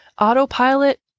Autopilot